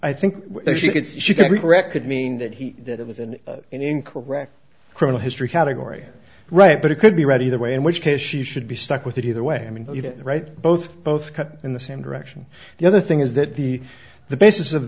i think she could she can redirect could mean that he that it was an incorrect criminal history category right but it could be ready either way in which case she should be stuck with it either way i mean you know right both both cut in the same direction the other thing is that the the basis of